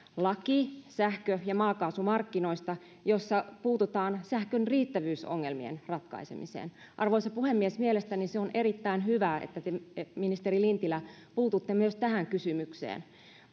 laki sähkö ja maakaasumarkkinoista jossa puututaan sähkön riittävyysongelmien ratkaisemiseen arvoisa puhemies mielestäni on erittäin hyvä että te ministeri lintilä puututte myös tähän kysymykseen